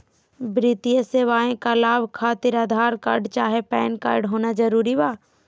वित्तीय सेवाएं का लाभ खातिर आधार कार्ड चाहे पैन कार्ड होना जरूरी बा?